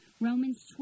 Romans